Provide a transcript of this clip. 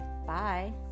Bye